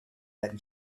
that